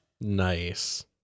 Nice